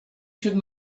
should